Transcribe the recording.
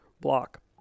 block